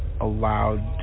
allowed